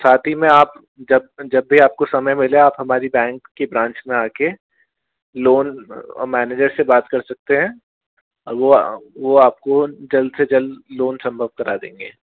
साथ ही में आप जब जब भी आपको समय मिले आप हमारी बेंक की ब्रांच मे आके लोन मेनेजर से बात कर सकते हैं वो वो आपको जल्द से जल्द लोन संभव करा देंगे